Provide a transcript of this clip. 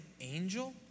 angel